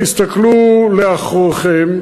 תסתכלו לאחוריכם,